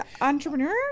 entrepreneur